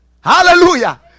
hallelujah